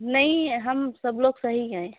نہیں ہم سب لوگ صحیح ہیں